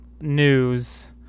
news